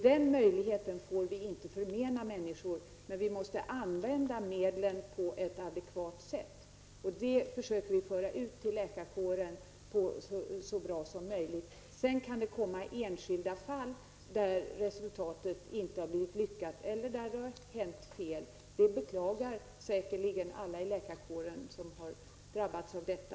Den möjligheten får vi inte förmena människor, men vi måste använda medlen på ett adekvat sätt. Det försöker vi föra ut till läkarkåren så bra som möjligt. Sedan kan det komma enskilda fall där resultatet inte blivit lyckat eller där det hänt fel. Det beklagar säkert alla i läkarkåren som har drabbats av detta.